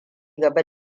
gaba